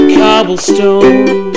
cobblestone